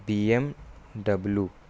BMW